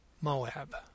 Moab